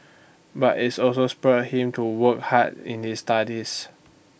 but is also spurred him to work hard in his studies